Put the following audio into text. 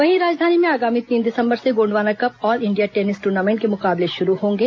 वहीं राजधानी में आगामी तीन दिसंबर से Gondwana cup all India tennis tournament के मुकाबले शुरू होंगे